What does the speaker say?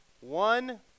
one